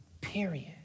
Period